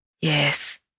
Yes